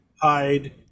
Hide